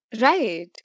Right